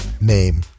name